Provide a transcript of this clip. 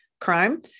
crime